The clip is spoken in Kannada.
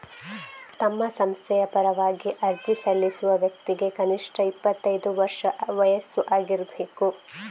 ತಮ್ಮ ಸಂಸ್ಥೆಯ ಪರವಾಗಿ ಅರ್ಜಿ ಸಲ್ಲಿಸುವ ವ್ಯಕ್ತಿಗೆ ಕನಿಷ್ಠ ಇಪ್ಪತ್ತೈದು ವರ್ಷ ವಯಸ್ಸು ಆಗಿರ್ಬೇಕು